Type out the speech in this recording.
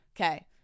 okay